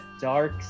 dark